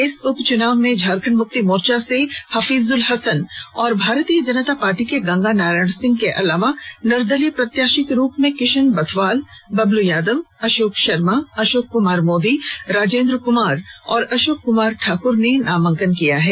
इस उपचुनाव में झारखंड मुक्ति मोर्चा से हफीजुल हसन और भारतीय जनता पार्टी के गंगा नारायण सिंह के अलावा निर्दलीय प्रत्याशी के रूप में किशन बथवाल बबलू यादव अशोक शर्मा अशोक कुमार मोदी राजेंद्र कुमार और अशोक कुमार ठाकुर ने नामांकन किया है